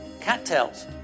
cattails